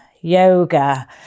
yoga